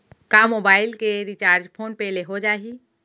का मोबाइल के recharge PhonePe ले हो जाही?